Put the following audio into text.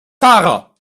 fahrer